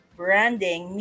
branding